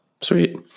Sweet